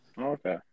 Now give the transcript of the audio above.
Okay